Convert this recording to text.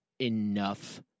enough